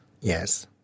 Yes